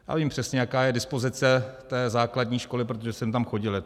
Já vím přesně, jaká je dispozice té základní školy, protože jsem tam chodil.